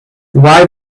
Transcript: why